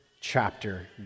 chapter